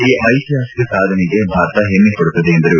ಈ ಐತಿಹಾಸಿಕ ಸಾಧನೆಗೆ ಭಾರತ ಹೆಮ್ಮೆ ಪಡುತ್ತದೆ ಎಂದರು